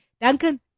Duncan